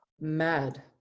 Mad